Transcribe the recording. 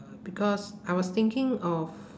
because I was thinking of